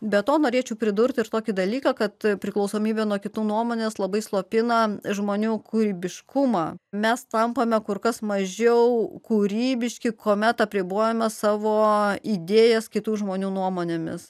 be to norėčiau pridurti ir tokį dalyką kad priklausomybė nuo kitų nuomonės labai slopina žmonių kūrybiškumą mes tampame kur kas mažiau kūrybiški kuomet apribojame savo idėjas kitų žmonių nuomonėmis